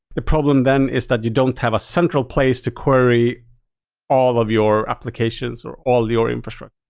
the problem then is that you don't have a central place to query all of your applications or all your infrastructure.